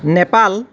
Nepal